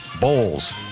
bowls